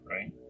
right